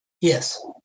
Yes